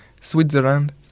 Switzerland